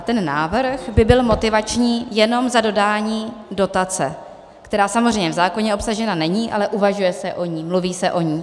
Ten návrh by byl motivační jenom za dodání dotace, která samozřejmě v zákoně obsažena není, ale uvažuje se o ní, mluví se o ní.